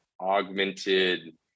augmented